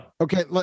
Okay